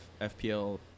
fpl